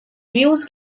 views